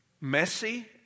messy